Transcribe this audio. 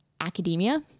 academia